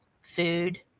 food